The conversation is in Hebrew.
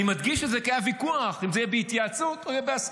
אני מדגיש את זה כי היה ויכוח אם זה יהיה בהתייעצות או יהיה בהסכמה.